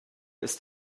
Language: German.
ist